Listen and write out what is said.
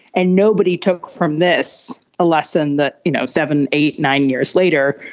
and nobody took from this a lesson that, you know, seven, eight, nine years later,